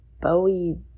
Bowie